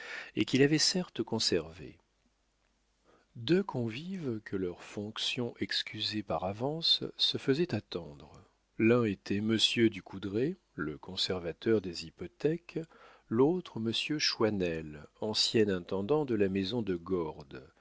et qu'il avait certes conservées deux convives que leurs fonctions excusaient par avance se faisaient attendre l'un était monsieur du coudrai le conservateur des hypothèques l'autre monsieur choisnel ancien intendant de la maison de gordes